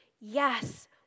Yes